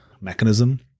mechanism